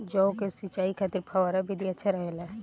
जौ के सिंचाई खातिर फव्वारा विधि अच्छा रहेला?